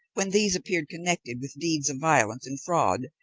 when these appeared connected with deeds of violence and fraud,